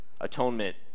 atonement